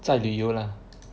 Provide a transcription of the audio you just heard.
在旅游 lah